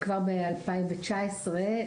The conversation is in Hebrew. כבר ב-2019,